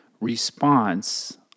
response